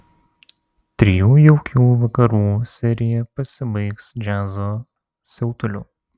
trijų jaukių vakarų serija pasibaigs džiazo siautuliu